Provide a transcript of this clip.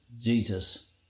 Jesus